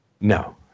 No